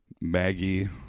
Maggie